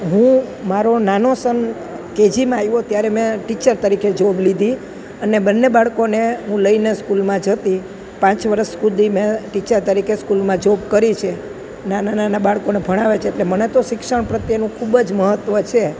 હું મારો નાનો સન કેજીમાં આવ્યો ત્યારે મેં ટીચર તરીકે જોબ લીધી અને બંને બાળકોને હું લઈને સ્કૂલમાં જતી પાંચ વરસ સુધી મેં ટીચર તરીકે સ્કૂલમાં જોબ કરી છે નાનાં નાનાં બાળકોને ભણાવ્યાં છે એટલે મને તો શિક્ષણ પ્રત્યેનું ખૂબ જ મહત્ત્વ છે